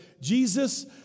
Jesus